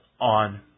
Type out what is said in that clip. on